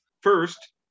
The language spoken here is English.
First